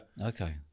Okay